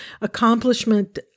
accomplishment